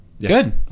good